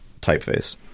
typeface